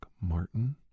Martin